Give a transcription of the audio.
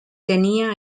tenia